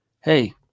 hey